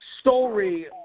story